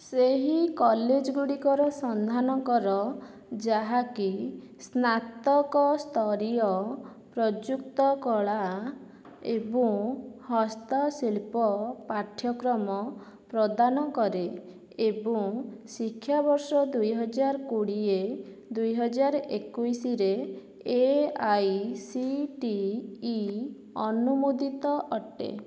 ସେହି କଲେଜ୍ ଗୁଡ଼ିକର ସନ୍ଧାନ କର ଯାହାକି ସ୍ନାତକ ସ୍ତରୀୟ ପ୍ରଯୁକ୍ତ କଳା ଏବଂ ହସ୍ତଶିଳ୍ପ ପାଠ୍ୟକ୍ରମ ପ୍ରଦାନ କରେ ଏବଂ ଶିକ୍ଷା ବର୍ଷ ଦୁଇହଜାର କୋଡ଼ିଏ ଦୁଇହଜାର ଏକୋଇଶିରେ A I C T E ଅନୁମୋଦିତ ଅଟେ